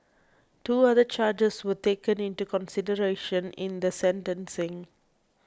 two other charges were taken into consideration in the sentencing